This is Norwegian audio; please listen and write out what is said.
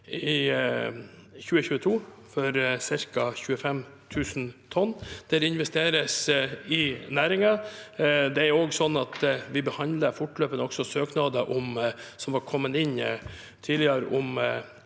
i 2022, ca. 25 000 tonn. Det investeres i næringen. Vi behandler også fortløpende søknader som har kommet inn tidligere om